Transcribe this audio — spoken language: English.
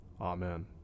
Amen